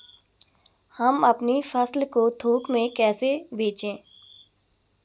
हम अपनी फसल को थोक में कैसे बेचें?